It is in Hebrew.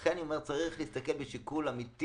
לכן, אני אומר שצריך להסתכל בשיקול אמיתי